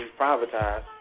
privatized